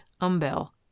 umbel